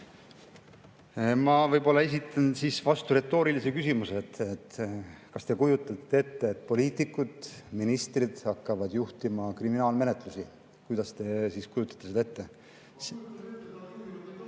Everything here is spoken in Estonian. Ma võib-olla esitan siis vastu retoorilise küsimuse, et kas te kujutate ette, et poliitikud, ministrid hakkavad juhtima kriminaalmenetlusi. Kuidas te siis kujutate seda ette?